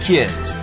Kids